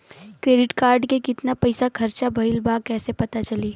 Credit card के कितना पइसा खर्चा भईल बा कैसे पता चली?